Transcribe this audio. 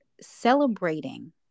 celebrating